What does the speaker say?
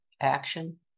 action